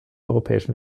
europäischen